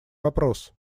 вопрос